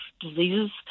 diseases